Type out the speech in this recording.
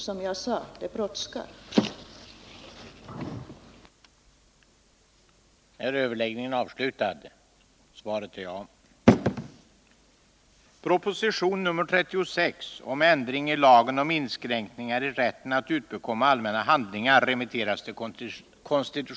Som jag sade brådskar det.